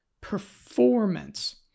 performance